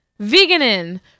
Veganin